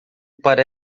para